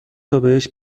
تابهش